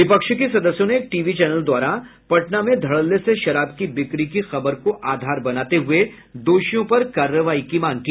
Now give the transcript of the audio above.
विपक्ष के सदस्यो ने एक टीवी चैनल द्वारा पटना में धड़ल्ले से शराब की बिक्री की खबर को आधार बनाते हुए दोषियों पर कार्रवाई की मांग की